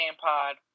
pod